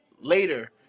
later